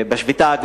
או בשביתה,